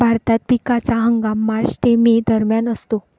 भारतात पिकाचा हंगाम मार्च ते मे दरम्यान असतो